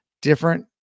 different